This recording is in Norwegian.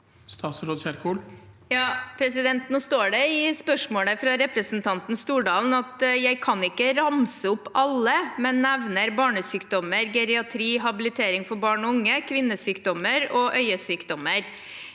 Ingvild Kjerkol Det står i spørs- målet fra representanten Stordalen: «Jeg kan ikke ramse opp alle, men nevner barnesykdommer, geriatri, habilitering for barn og unge, kvinnesykdommer og øyesykdommer.»